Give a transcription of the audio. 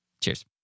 Cheers